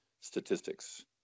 statistics